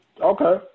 Okay